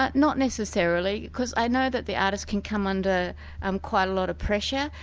not not necessarily, because i know that the artists can come under um quite a lot of pressure,